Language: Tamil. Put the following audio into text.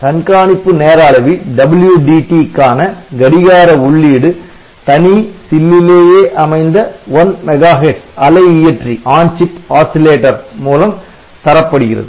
கண்காணிப்பு நேர அளவி க்கான கடிகார உள்ளீடு தனி சில்லிலேயே அமைந்த 1 MHz அலை இயற்றி மூலம் தரப்படுகிறது